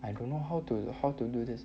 I don't know how to how to do this